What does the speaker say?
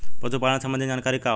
पशु पालन संबंधी जानकारी का होला?